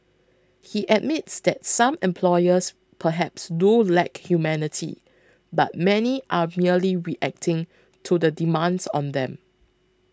he admits that some employers perhaps do lack humanity but many are merely reacting to the demands on them